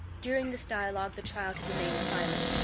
during this dialogue the child had remained silent,